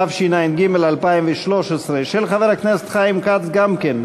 התשע"ג 2013, של חבר הכנסת חיים כץ גם כן.